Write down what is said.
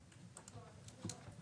עורך הדין עבאדי